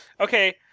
okay